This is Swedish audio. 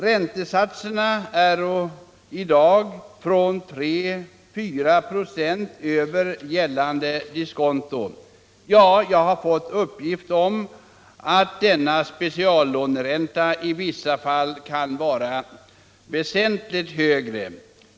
Räntesatserna är i dag 3-4 96 över gällande diskonto. Jag har även fått uppgift om att denna speciallåneränta i vissa fall kan vara väsentligt högre.